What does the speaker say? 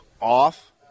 off